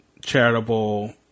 Charitable